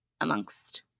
amongst